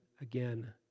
again